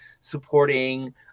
supporting